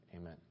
Amen